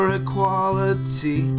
equality